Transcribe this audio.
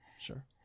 sure